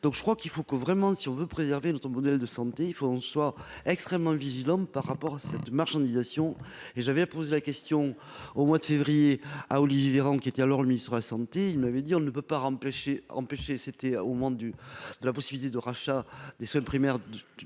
donc je crois qu'il faut que, vraiment, si on veut préserver notre modèle de santé, il faut qu'on soit extrêmement vigilant par rapport à cette marchandisation et j'avais posé la question au mois de février à Olivier Véran, qui était alors le ministre a senti, il m'avait dit : on ne peut pas empêcher, empêcher, c'était au moment du de la possibilité de rachat des soins primaires,